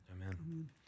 Amen